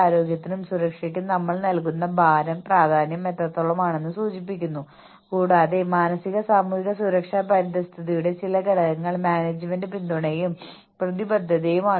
frontline ജീവനക്കാർ ചെയ്യുന്ന ജോലികൾ സാധാരണയായി വളരെ ആവർത്തിച്ചുള്ളതാണ് ഫ്രണ്ട്ലൈൻ ജീവനക്കാരുടെ താഴ്ന്ന തലത്തിലുള്ളവരെ സംബന്ധിച്ചിടത്തോളം ഞങ്ങൾക്ക് മാർഗ്ഗനിർദ്ദേശങ്ങളുണ്ട്